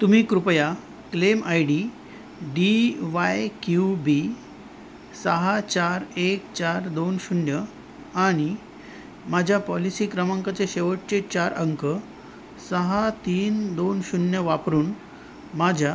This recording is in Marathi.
तुम्ही कृपया claim I D D Y Q B सहा चार एक चार दोन शून्य आणि माझ्या पॉलिसी क्रमांकाचे शेवटचे चार अंक सहा तीन दोन शून्य वापरून माझ्या